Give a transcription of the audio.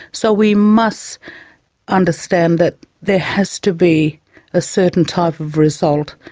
so we must understand that there has to be a certain type of result,